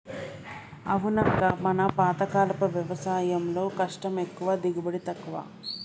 అవునక్క మన పాతకాలపు వ్యవసాయంలో కష్టం ఎక్కువ దిగుబడి తక్కువ